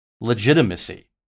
legitimacy